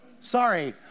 Sorry